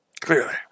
Clearly